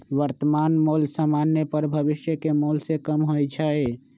वर्तमान मोल समान्य पर भविष्य के मोल से कम होइ छइ